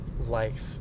Life